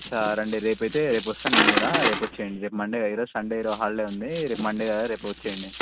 అచ్ఛా రండి రేపైతే రేపొస్తా నేను కూడా రేపొచ్చేయండి రేపు మండే కదా ఈరోజు సండే ఈరోజు హాలిడే ఉంది రేపు మండే కదా రేపొచ్చేయండి